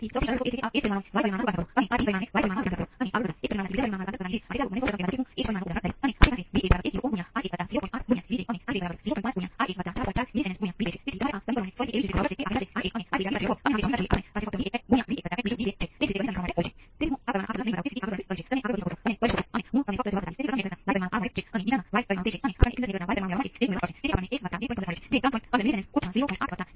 તેથી કેપેસિટર થઈ રહ્યો હોય છે અને પછી તે 0 સુધી બધી રીતે બંધ થાય છે